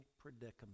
predicament